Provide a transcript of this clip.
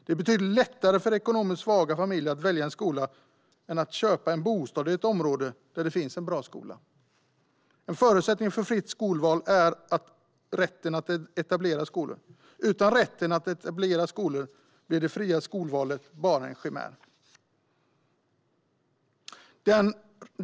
Det är betydligt lättare för ekonomiskt svaga familjer att välja en skola än att köpa en bostad i ett område där det finns en bra skola. En förutsättning för fritt skolval är också rätten att etablera skolor. Utan rätten att etablera skolor blir det fria skolvalet bara en chimär.